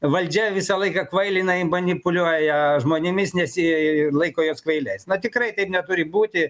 valdžia visą laiką kvailina manipuliuoja žmonėmis nes ji laiko juos kvailiais na tikrai taip neturi būti